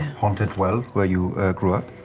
haunted well where you grew up?